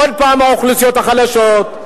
עוד פעם האוכלוסיות החלשות,